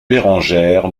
bérengère